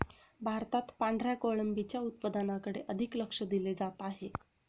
भारतात पांढऱ्या कोळंबीच्या उत्पादनाकडे अधिक लक्ष दिले जात आहे